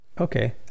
Okay